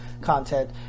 content